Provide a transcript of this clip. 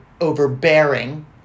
overbearing